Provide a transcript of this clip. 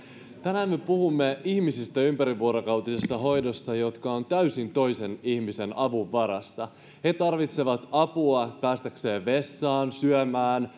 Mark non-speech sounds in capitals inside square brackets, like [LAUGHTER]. tänään me puhumme ihmisistä ympärivuorokautisessa hoidossa jotka ovat täysin toisen ihmisen avun varassa he tarvitsevat apua päästäkseen vessaan syömään [UNINTELLIGIBLE]